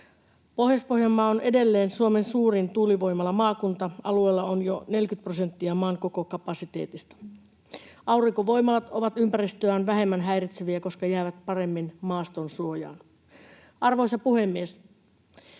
Pohjois-Pohjanmaa on edelleen Suomen suurin tuulivoimalamaakunta. Alueella on jo 40 prosenttia maan koko kapasiteetista. Aurinkovoimalat ovat ympäristöään vähemmän häiritseviä, koska jäävät paremmin maaston suojaan. Arvoisa puhemies!